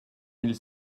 mille